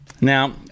Now